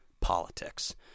politics